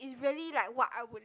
it's really like what I would